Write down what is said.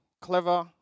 clever